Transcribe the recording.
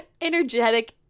energetic